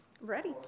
Ready